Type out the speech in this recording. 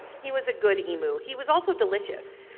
he was a good emu. he was also delicious.